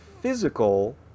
physical